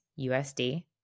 USD